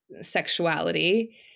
sexuality